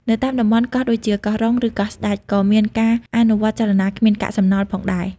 នៅតាមតំបន់កោះដូចជាកោះរ៉ុង ឬកោះស្តេច ក៏មានការអនុវត្តចលនាគ្មានកាកសំណល់ផងដែរ។